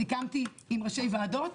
סיכמתי עם ראשי ועדות,